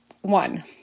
one